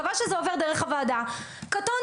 קבע שזה עובר דרך הוועדה קטונתי,